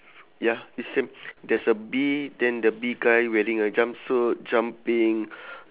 ya it's same there's a bee then the bee guy wearing a jumpsuit jumping